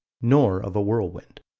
nor of a whirlwind.